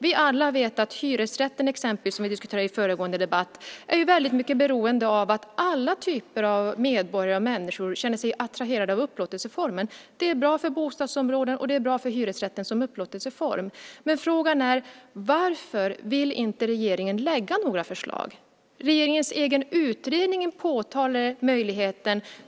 Vi alla vet att hyresrätten exempelvis, som vi diskuterade i föregående debatt, är väldigt beroende av att alla typer av medborgare och människor känner sig attraherade av upplåtelseformen. Det är bra för bostadsområden, och det är bra för hyresrätten som upplåtelseform. Men frågan är: Varför vill inte regeringen lägga fram några förslag? I regeringens egen utredning påtalas möjligheten.